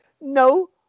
no